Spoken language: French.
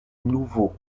nouveaux